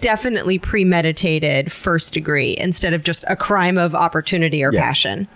definitely premeditated, first degree, instead of just a crime of opportunity or passion.